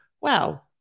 wow